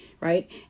Right